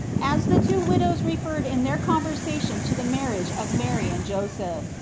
as the two widows referred in their conversation to the marriage of mary and joseph,